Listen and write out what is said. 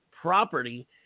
property